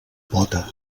pota